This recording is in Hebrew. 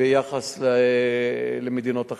ביחס למדינות אחרות.